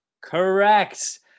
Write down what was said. Correct